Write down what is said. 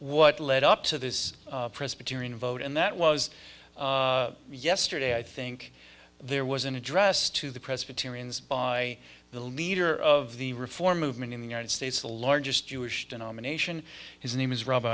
what led up to this presbyterian vote and that was yesterday i think there was an address to the presbyterians by the leader of the reform movement in the united states the largest jewish denomination his name is rob